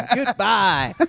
goodbye